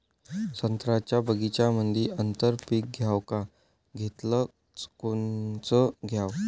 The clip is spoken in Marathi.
संत्र्याच्या बगीच्यामंदी आंतर पीक घ्याव का घेतलं च कोनचं घ्याव?